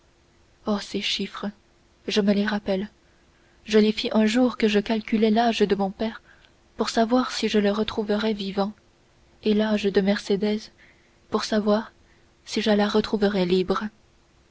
oh ces chiffres je me les rappelle je les fis un jour que je calculais l'âge de mon père pour savoir si je le retrouverais vivant et l'âge de mercédès pour savoir si je la retrouverais libre